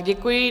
Děkuji.